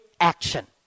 action